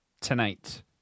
tonight